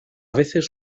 veces